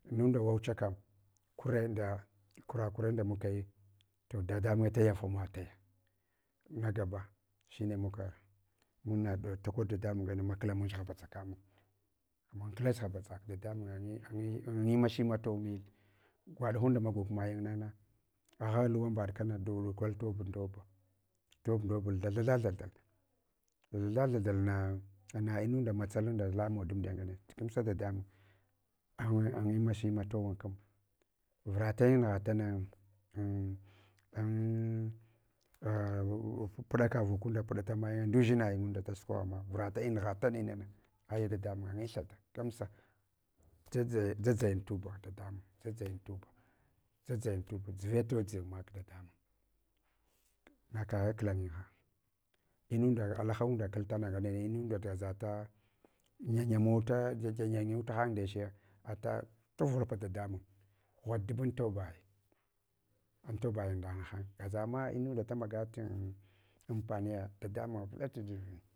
Inunda wawuha kam, kura nda kura kurenda mukayi, to dadamunye tayafama taya, nagaba shine muka, mad; takol dada mun ngane maklamanch ghabaz; akamun amun klach ghabaʒak. Dadamunye anyu masha tima towmiyin, gwaɗa inunda maguk mayin nang. Agha uwambaɗ kana dulu kai tob ndoba, tob ndobul, lthatha tha thuthal, thatha, tha thathal ana munda ma tsalunda lamawa damdiya ngane. Gamsa da damun anyi mashama tima towan kina, vure tayin nugha tuna an puɗaka vukunda puta mayin, ndʒinayin’nganda dasukwagha ma. Vurutayin nugha tama inanana. Aya dadamungaɗ ayin thada gamsa, dʒadʒayin tuba dadamun dʒudʒayin tuba, dʒadʒayin tuba dadamun dʒadʒayin tuba, dʒadʒayin tuba dʒuva todʒin mak dadamun, nakaghe klayin ghan. Inunda alaha kal tana ngane inunda daʒata. Nyanyamawata da nyanta mutaham ndeche, ata tuvurla dadamun ghwa dubu antobuyin, antobayin nda nahan gazama inunda damagat ampaniya dadamunye vulat givin.